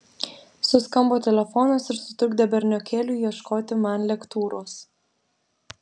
suskambo telefonas ir sutrukdė berniokėliui ieškoti man lektūros